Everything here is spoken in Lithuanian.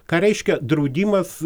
ką reiškia draudimas